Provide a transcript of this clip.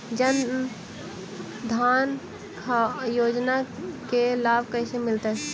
जन धान योजना के लाभ कैसे मिलतै?